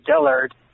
Dillard